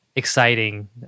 Exciting